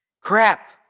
crap